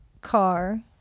car